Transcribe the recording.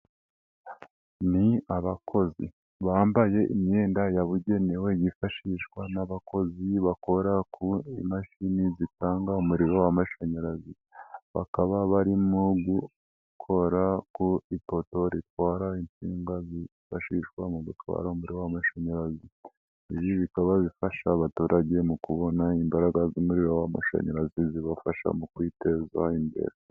Ni abakozi, bambaye imyenda yabugenewe yifashishwa n'abakozi bakora ku imashini zitanga umuriro w'amashanyarazi, bakaba barimo gukora ku ipoto ritwara insinga zifashishwa mu gutwara umuriro w'amashanyarazizi, ibi bikaba bifasha abaturage mu kubona imbaraga z'umuriro w' amashanyarazi zibafasha mu kwiteza imbere.